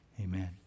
amen